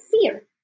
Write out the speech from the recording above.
fear